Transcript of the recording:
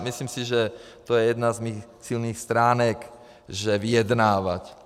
Myslím si, že to je jedna z mých silných stránek, že vyjednávám.